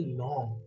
long